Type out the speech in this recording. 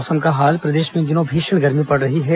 मौसम प्रदेश में इन दिनों भीषण गर्मी पड़ रही है